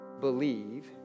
believe